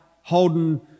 Holden